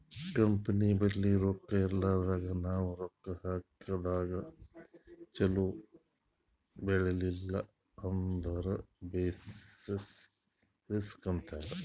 company ಬಲ್ಲಿ ರೊಕ್ಕಾ ಇರ್ಲಾರ್ದಾಗ್ ನಾವ್ ರೊಕ್ಕಾ ಹಾಕದಾಗ್ ಛಲೋ ಬೆಳಿಲಿಲ್ಲ ಅಂದುರ್ ಬೆಸಿಸ್ ರಿಸ್ಕ್ ಅಂತಾರ್